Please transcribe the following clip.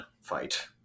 fight